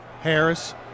Harris